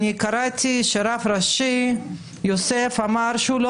אני קראתי שהרב הראשי יוסף אמר שהוא לא